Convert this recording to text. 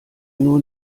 nur